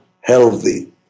healthy